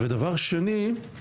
דבר שני,